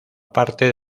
parte